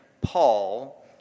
Paul